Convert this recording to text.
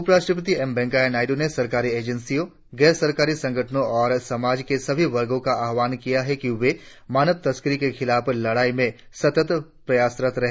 उपराष्ट्रीय एम वेंकैया नायडू ने सरकारी एजेंसियों गैर सरकारी संगठनों और समाज के सभी वर्गों का आह्वान किया है कि वे मानव तस्करी के खिलाफ लड़ाई मे सतत प्रयासरत रहे